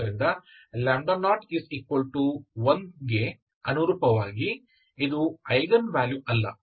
ಆದ್ದರಿಂದ 01 ಗೆ ಅನುರೂಪವಾಗಿ ಇದು ಐಗನ್ ವ್ಯಾಲ್ಯೂ ಅಲ್ಲ